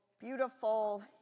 beautiful